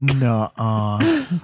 no